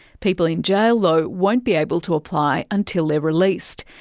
people in jail though won't be able to apply until they are released.